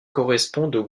correspondent